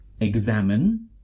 examine